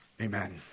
Amen